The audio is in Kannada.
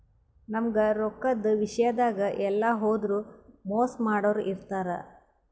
ನಮ್ಗ್ ರೊಕ್ಕದ್ ವಿಷ್ಯಾದಾಗ್ ಎಲ್ಲ್ ಹೋದ್ರು ಮೋಸ್ ಮಾಡೋರ್ ಇರ್ತಾರ